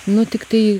nu tiktai